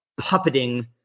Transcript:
puppeting